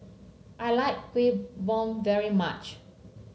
I like Kuih Bom very much